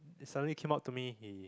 suddenly came up to me he